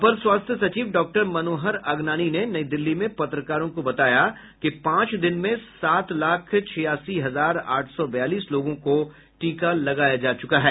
अपर स्वास्थ्य सचिव डॉक्टर मनोहर अगनानी ने नई दिल्ली में पत्रकारों को बताया कि पांच दिन में सात लाख छियासी हजार आठ सौ बयालीस लोगों को टीका लगाया जा चुका है